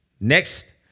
next